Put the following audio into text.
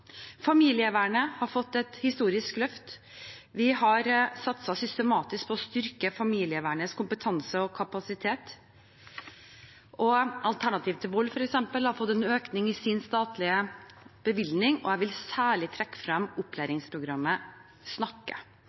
Familievernet har fått et historisk løft. Vi har satset systematisk på å styrke familievernets kompetanse og kapasitet. For eksempel har Alternativ til Vold fått en økning i sin statlige bevilgning, og jeg vil særlig trekke frem opplæringsprogrammet SNAKKE.